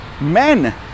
Men